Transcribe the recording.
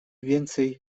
więcej